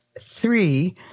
three